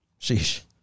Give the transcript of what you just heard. Sheesh